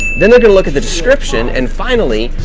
then, they're gonna look at the description and, finally,